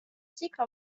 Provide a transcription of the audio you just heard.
cycle